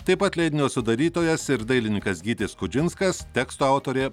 taip pat leidinio sudarytojas ir dailininkas gytis skudžinskas teksto autorė